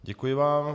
Děkuji vám.